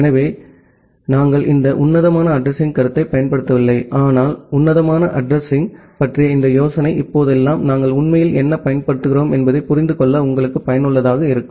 எனவே இப்போதெல்லாம் நாம் இந்த உன்னதமான அட்ரஸிங் கருத்தை பயன்படுத்தவில்லை ஆனால் உன்னதமான அட்ரஸிங்பற்றிய இந்த யோசனை இப்போதெல்லாம் நாம் உண்மையில் என்ன பயன்படுத்துகிறோம் என்பதை புரிந்து கொள்ள உங்களுக்கு பயனுள்ளதாக இருக்கும்